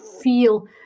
feel